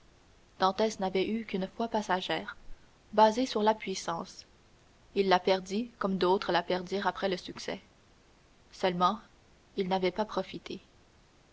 n'avait eu qu'une foi passagère basée sur la puissance il la perdit comme d'autres la perdent après le succès seulement il n'avait pas profité